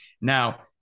Now